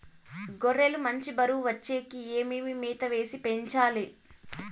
గొర్రె లు మంచి బరువు వచ్చేకి ఏమేమి మేత వేసి పెంచాలి?